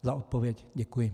Za odpověď děkuji.